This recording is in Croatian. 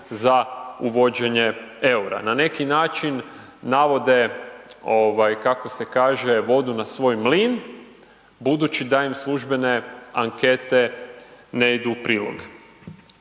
za uvođenje eura. Na neki način navode kako se kaže „vodu na svoj mlin“ budući da im službene ankete ne idu u prilog.